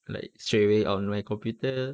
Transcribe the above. like straightaway on my computer